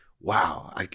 wow